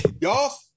Y'all